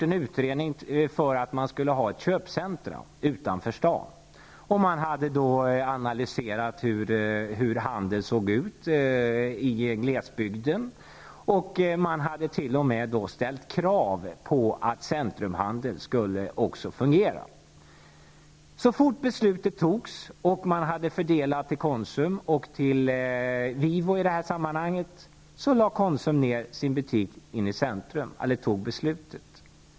En utredning angående ett köpcentrum utanför staden hade genomförts. En analys av handeln i glesbygden hade gjorts, och krav hade ställts på att centrumhandeln skulle fungera. Så fort beslutet hade fattats och etableringstillstånd hade givits till Konsum och Vivo, lade Konsum ner butiken i stadens centrum.